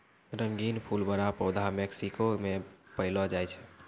रंगीन फूल बड़ा पौधा मेक्सिको मे पैलो जाय छै